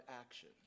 action